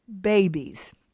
babies